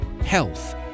health